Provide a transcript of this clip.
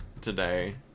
today